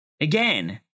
Again